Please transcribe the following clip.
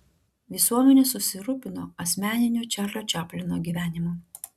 visuomenė susirūpino asmeniniu čarlio čaplino gyvenimu